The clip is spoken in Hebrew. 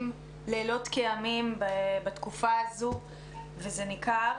לילות כימים בתקופה הזאת וזה ניכר.